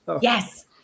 Yes